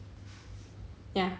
ya